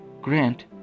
Grant